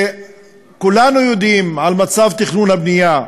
וכולנו יודעים על מצב התכנון והבנייה,